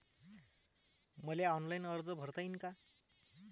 मले ऑनलाईन कर्ज भरता येईन का?